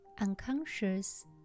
unconscious